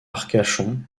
arcachon